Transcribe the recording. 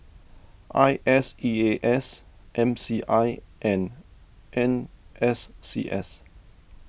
I S E A S M C I and N S C S